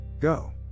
Go